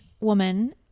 woman